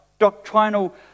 doctrinal